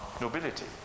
nobility